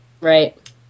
Right